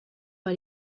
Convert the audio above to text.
but